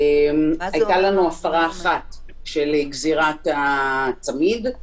הייתה לנו הפרה אחת של גזירת הצמיד,